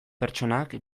pertsonak